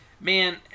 Man